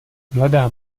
mladá